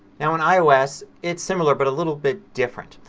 now on ios it's similar but a little bit different.